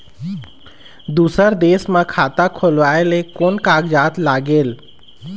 दूसर देश मा खाता खोलवाए ले कोन कागजात लागेल?